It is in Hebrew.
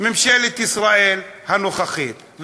ממשלת ישראל הנוכחית,